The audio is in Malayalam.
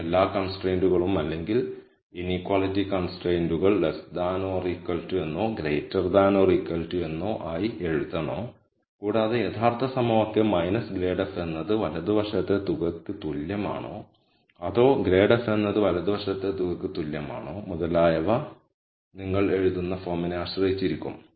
ഈ എല്ലാ കൺസ്ട്രൈന്റുകളും അല്ലെങ്കിൽ ഇനീക്വാളിറ്റി കൺസ്ട്രൈയ്ന്റുകൾ എന്നോ എന്നോ ആയി എഴുതണോ കൂടാതെ യഥാർത്ഥ സമവാക്യം ∇f എന്നത് വലതുവശത്തെ തുകയ്ക്ക് തുല്യമാണോ അതോ ∇f എന്നത് വലതുവശത്തെ തുകയ്ക്ക് തുല്യമാണോ മുതലായവ നിങ്ങൾ എഴുതുന്ന ഫോമിനെ ആശ്രയിച്ചിരിക്കും